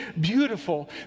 beautiful